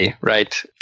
right